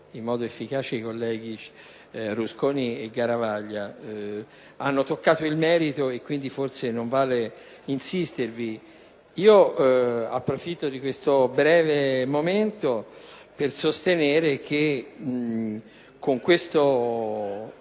in modo efficace i colleghi Rusconi e Garavaglia. Hanno toccato il merito e quindi forse non vale insistervi. Approfitto di questo breve momento per sostenere che con questo